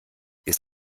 ist